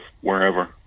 wherever